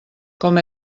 com